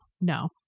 no